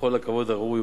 בכל הכבוד הראוי,